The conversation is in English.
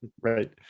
Right